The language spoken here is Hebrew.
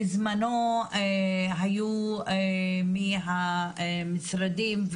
בזמנו היו מהמשרדים,